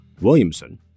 Williamson